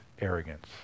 arrogance